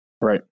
right